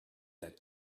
that